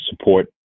support